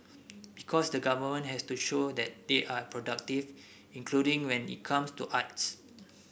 because the government has to show that they are productive including when it comes to arts